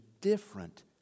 different